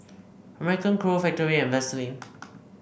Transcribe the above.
American Crew Factorie and Vaseline